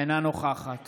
אינה נוכחת